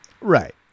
Right